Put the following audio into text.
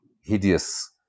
hideous